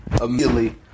immediately